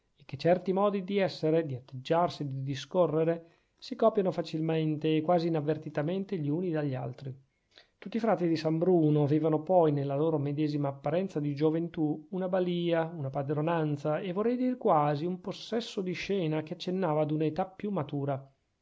che certi modi di essere di atteggiarsi di discorrere si copiano facilmente e quasi inavvertitamente gli uni dagli altri tutti i frati di san bruno avevano poi nella loro medesima apparenza di gioventù una balìa una padronanza e vorrei dir quasi un possesso di scena che accennava ad una età più matura